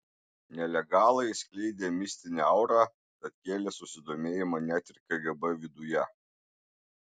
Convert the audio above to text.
nelegalai skleidė mistinę aurą tad kėlė susidomėjimą net ir kgb viduje